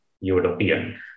European